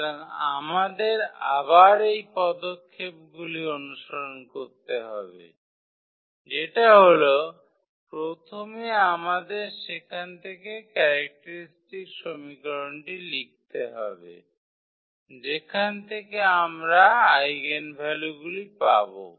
সুতরাং আমাদের আবার এই পদক্ষেপগুলি অনুসরণ করতে হবে যেটা হল প্রথমে আমাদের সেখান থেকে ক্যারেক্টারিস্টিক সমীকরণটি লিখতে হবে যেখান থেকে আমরা আইগেনভ্যালুগুলি পাব